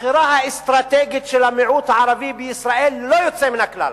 הבחירה האסטרטגית של המיעוט הערבי בישראל ללא יוצא מן הכלל,